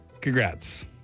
Congrats